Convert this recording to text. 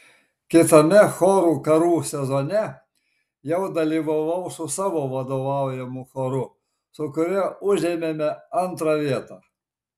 kitame chorų karų sezone jau dalyvavau su savo vadovaujamu choru su kuriuo užėmėme antrą vietą